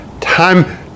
time